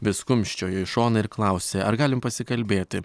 vis kumščiojo į šoną ir klausė ar galim pasikalbėti